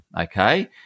Okay